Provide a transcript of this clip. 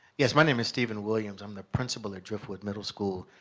yes, my name is steven williams. i'm the principal at driftwood middle school,